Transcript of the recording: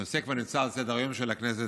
הנושא כבר נמצא על סדר-היום של הכנסת,